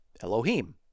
Elohim